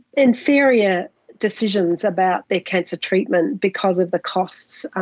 inferior decisions about their cancer treatment because of the costs,